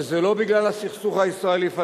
שזה לא בגלל הסכסוך הישראלי-פלסטיני,